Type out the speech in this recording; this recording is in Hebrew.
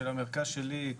של המרכז שלי,